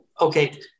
Okay